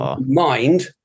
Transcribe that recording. Mind